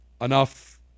Enough